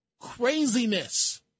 craziness